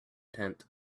tent